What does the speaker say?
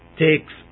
Takes